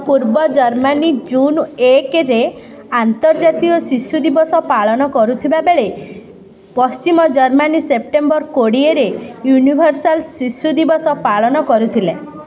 ପୂର୍ବ Germany June ଏକରେ ଆନ୍ତର୍ଜାତୀୟ ଶିଶୁଦିବସ ପାଳନ କରୁଥିବା ବେଳେ ପଶ୍ଚିମ ଜର୍ମାନୀ ସେପ୍ଟେମ୍ବର କୋଡ଼ିଏରେ ୟୁନିଭର୍ସାଲ୍ ଶିଶୁଦିବସ ପାଳନ କରିଥିଲେ